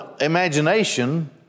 imagination